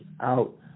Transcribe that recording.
out